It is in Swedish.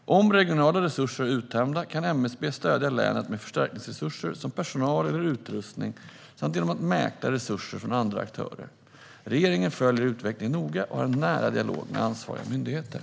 Om regionala resurser är uttömda kan MSB stödja länet med förstärkningsresurser som personal eller utrustning samt genom att mäkla resurser från andra aktörer. Regeringen följer utvecklingen noga och har en nära dialog med ansvariga myndigheter.